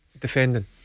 defending